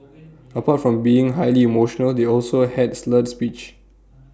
apart from being highly emotional they also had slurred speech